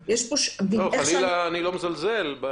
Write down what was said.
חלילה אני לא מזלזל.